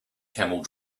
camel